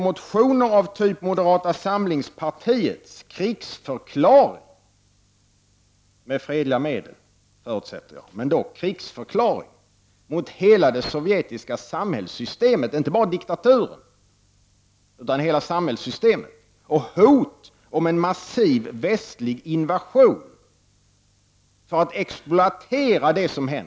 Motioner av den typ som moderata samlingspartiet har väckt är en krigsförklaring — med fredliga medel förutsätter jag, men dock — mot hela det sovjetiska samhällssystemet, inte bara mot diktaturen utan mot hela samhällssystemet. Det är ett hot mot en massiv västlig invasion för att exploatera det som hänt.